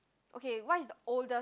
okay what's the oldest